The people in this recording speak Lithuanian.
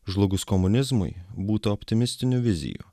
žlugus komunizmui būta optimistinių vizijų